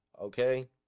okay